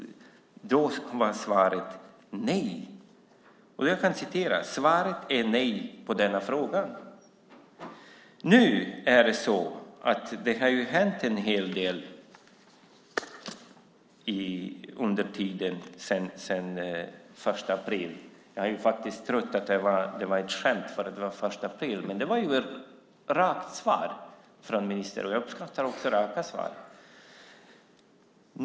Då var svaret nej på den frågan. Nu har det hänt en hel del under tiden efter den 1 april 2008. Jag har trott att det var ett skämt eftersom det var den 1 april, men det var ett rakt svar från ministern, och jag uppskattar raka svar.